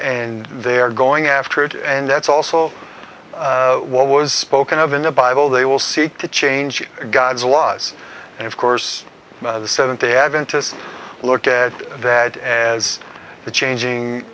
and they are going after it and that's also what was spoken of in the bible they will seek to change god's laws and of course the seventh day adventist look at that as the changing